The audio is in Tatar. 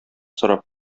сорап